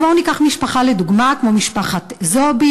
אז בואו ניקח לדוגמה משפחה כמו משפחת זועבי,